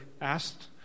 asked